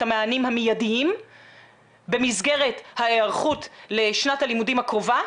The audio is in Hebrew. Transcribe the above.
המענים המידיים במסגרת ההיערכות לשנת הלימודים הקרובה,